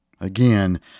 Again